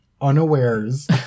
unawares